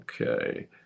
Okay